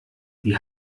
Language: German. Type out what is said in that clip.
die